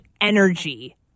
energy